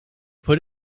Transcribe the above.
put